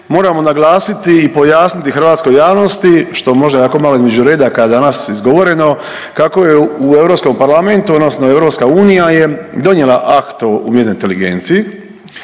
moramo naglasiti pojasniti hrvatskoj javnosti, što možda jako malo između redaka danas izgovoreno kako je u Europskom parlamentu odnosno EU je donijela Akt o umjetnoj inteligenciji,